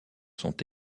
sont